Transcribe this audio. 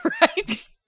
right